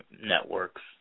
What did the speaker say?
networks